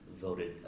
voted